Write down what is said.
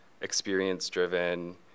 experience-driven